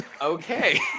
okay